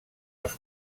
els